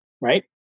Right